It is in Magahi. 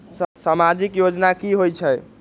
समाजिक योजना की होई छई?